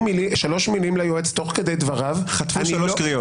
שלוש מילים ליועץ תוך כדי דבריו -- חטפו שלוש קריאות.